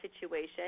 situation